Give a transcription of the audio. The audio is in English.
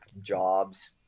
jobs